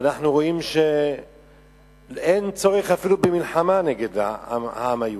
ואנחנו רואים שאפילו אין צורך במלחמה נגד העם היהודי,